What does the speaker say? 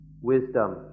wisdom